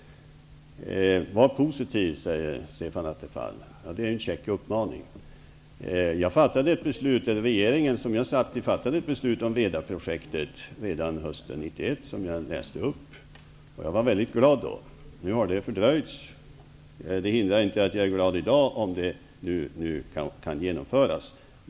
Var positiv! säger Stefan Attefall. Det är en käck uppmaning. Den regering som jag tillhörde fattade ett beslut om Vedaprojektet redan hösten 1991. Jag var mycket glad då. Nu har genomförandet fördröjts, men det hindrar inte att jag är glad i dag också om det nu kan genomföras.